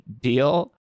deal